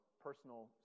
personal